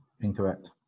incorrect